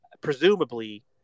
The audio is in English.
presumably